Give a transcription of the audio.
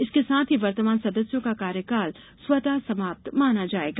इसके साथ ही वर्तमान सदस्यों का कार्यकाल स्वतः समाप्त माना जायेगा